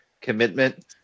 commitment